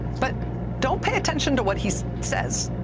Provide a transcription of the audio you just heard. but don't pay attention to what he says,